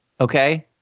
okay